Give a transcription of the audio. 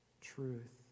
truth